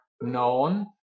known